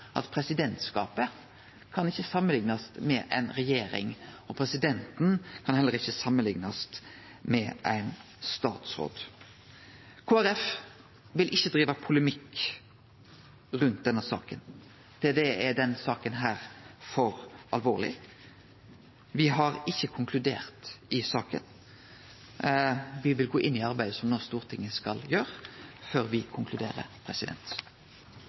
at presidentskapet ikkje kan samanliknast med ei regjering, og presidenten kan heller ikkje samanliknast med ein statsråd. Kristeleg Folkeparti vil ikkje drive polemikk rundt denne saka. Til det er denne saka for alvorleg. Me har ikkje konkludert i saka. Me vil gå inn i arbeidet som Stortinget no skal gjere, før me konkluderer.